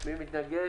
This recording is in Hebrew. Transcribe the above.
מי מתנגד?